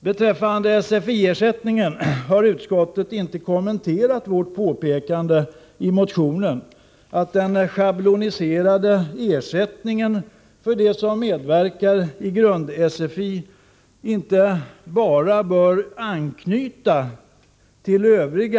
Beträffande SFI-ersättningen har utskottet inte kommenterat vårt påpekande i motionen, att den schabloniserade ersättningen för dem som medverkar i grund-SFI inte bara bör anknyta till ersättningen vid deltagande i övrig